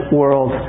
world